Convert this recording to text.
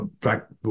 fact